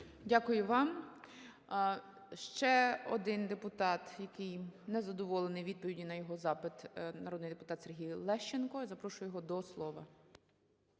Дякую вам. Ще один депутат, який незадоволений відповіддю на його запит, народний депутат Сергій Лещенко. Я запрошую його до слова.